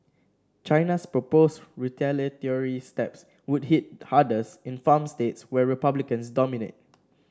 China's proposed retaliatory steps would hit hardest in farm states where republicans dominate